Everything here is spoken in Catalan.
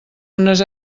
unes